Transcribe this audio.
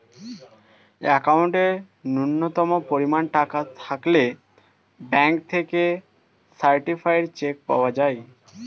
অ্যাকাউন্টে ন্যূনতম পরিমাণ টাকা থাকলে ব্যাঙ্ক থেকে সার্টিফায়েড চেক পাওয়া যায়